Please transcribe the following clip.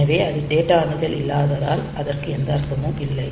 எனவே அது டேட்டா அணுகல் இல்லாததால் அதற்கு எந்த அர்த்தமும் இல்லை